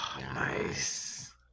Nice